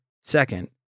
Second